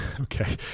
okay